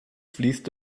fließt